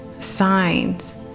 signs